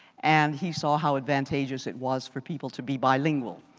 and he saw how advantageous it was for people to be bilingual.